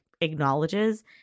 acknowledges